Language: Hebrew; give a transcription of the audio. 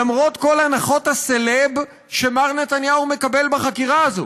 למרות כל הנחות הסלב שמר נתניהו מקבל בחקירה הזאת.